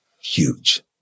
Huge